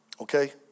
Okay